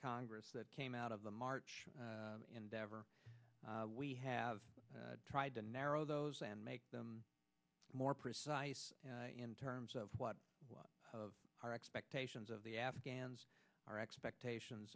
congress that came out of the march endeavor we have tried to narrow those and make them more precise in terms of what of our expectations of the afghans our expectations